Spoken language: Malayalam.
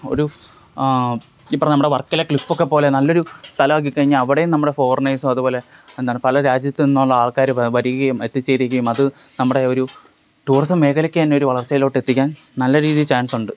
ഒരു ഇപ്പറഞ്ഞ നമ്മുടെ വർക്കല ക്ലിഫൊക്കെ പോലെ നല്ലൊരു സ്ഥലമാക്കി കഴിഞ്ഞാല് അവിടെയും നമ്മളുടെ ഫോറിനേഴ്സും അതുപോലെ എന്താണ് പല രാജ്യത്ത് നിന്നുള്ള ആൾക്കാര് വ വരികയും എത്തിച്ചേരുകയും അത് നമ്മുടെ ഒരു ടൂറിസം മേഖലയ്ക്ക് തന്നെ ഒരു വളർച്ചയിലോട്ട് എത്തിക്കാൻ നല്ല രീതിയിൽ ചാൻസുണ്ട്